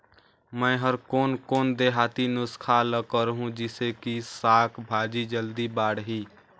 मै हर कोन कोन देहाती नुस्खा ल करहूं? जिसे कि साक भाजी जल्दी बाड़ही?